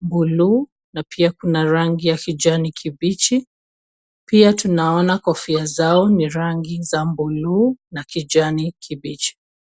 buluu na pia kuna rangi ya kijani kibichi. Pia tunaona kofia zao ni rangi za buluu na kijani kibichi.